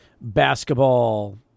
basketball